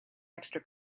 extra